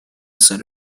set